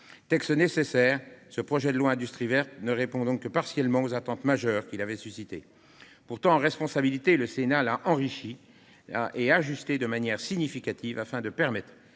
Texte nécessaire, ce projet de loi ne répond donc que partiellement aux attentes majeures qu'il avait suscitées. Pourtant, en responsabilité, le Sénat l'a enrichi et ajusté de manière significative afin de permettre